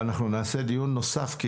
אבל אנחנו נעשה דיון נוסף.